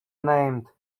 named